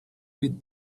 with